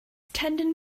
tendon